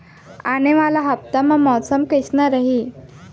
आने वाला हफ्ता मा मौसम कइसना रही?